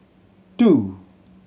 two